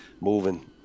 moving